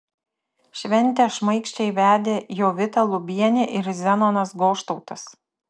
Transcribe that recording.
šventę šmaikščiai vedė jovita lubienė ir zenonas goštautas